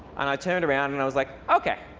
and i turned around and i was like, ok,